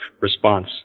response